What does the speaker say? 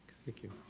thank you,